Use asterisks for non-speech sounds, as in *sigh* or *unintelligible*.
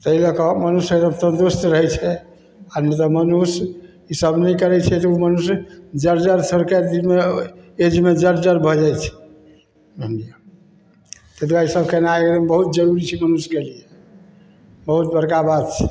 ताहि लऽ कऽ मनुष्य तन्दुरुस्त रहै छै आ नहि तऽ मनुष्य ई सब नहि करै छथि तऽ ओ मनुष्य जर्जर *unintelligible* दिनमे एजमे जर्जर भऽ जाइ छै हूँ ताहि दुआरे ई सब केनाइ बहुत जरुरी छै मनुष्यके लिए बहुत बड़का बात छै